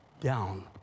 down